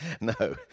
No